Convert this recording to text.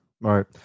right